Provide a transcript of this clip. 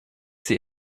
sie